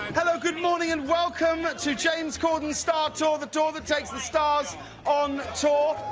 hello, good morning and welcome to james corden's star tour, the tour that takes the stars on tour.